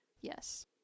Yes